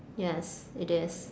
yes it is